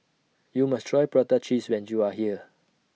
YOU must Try Prata Cheese when YOU Are here